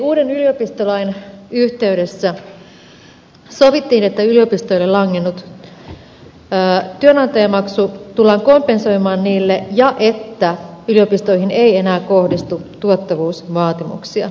uuden yliopistolain yhteydessä sovittiin että yliopistoille langennut työnantajamaksu tullaan kompensoimaan niille ja että yliopistoihin ei enää kohdistu tuottavuusvaatimuksia